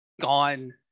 gone